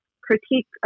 critique